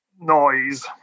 noise